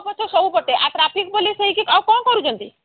ଆଗ ପଛ ସବୁ ପଟେ ଆଉ ଟ୍ରାଫିକ୍ ପୋଲିସ୍ ହୋଇକି ଆଉ କ'ଣ କରୁଛନ୍ତି